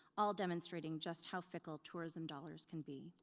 all demonstrating just how fickle tourism dollars can be.